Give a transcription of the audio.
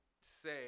say